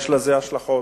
יש לזה השלכות.